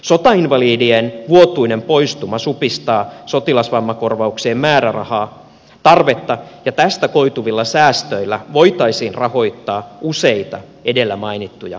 sotainvalidien vuotuinen poistuma supistaa sotilasvammakorvauksien määrärahatarvetta ja tästä koituvilla säästöillä voitaisiin rahoittaa useita edellä mainittuja palveluita